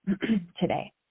today